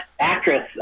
actress